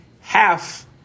half